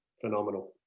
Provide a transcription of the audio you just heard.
phenomenal